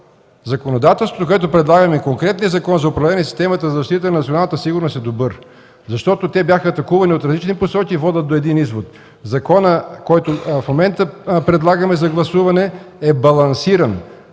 законодателството, което предлагаме, конкретният Законопроект за управление на системата за защита на националната сигурност е добър. Атаката от различни посоки води до един извод – законопроектът, който в момента предлагаме за гласуване, е балансиран.